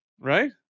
right